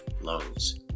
lungs